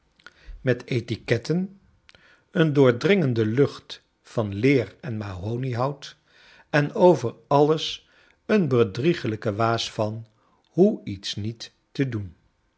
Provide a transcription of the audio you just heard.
met etiketj ten een doordringeride lucht van i leer en mahoniehout en over alles een bedriegelrjk waas van hoe iets niet te doen